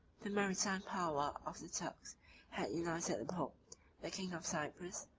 the maritime power of the turks had united the pope, the king of cyprus,